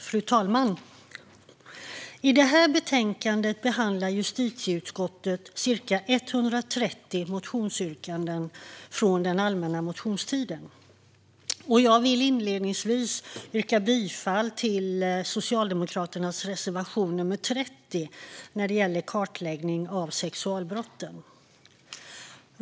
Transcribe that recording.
Fru talman! I det här betänkandet behandlar justitieutskottet ca 130 motionsyrkanden från den allmänna motionstiden. Jag vill inledningsvis yrka bifall till Socialdemokraternas reservation nr 30 när det gäller kartläggning av sexualbrotten.